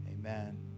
amen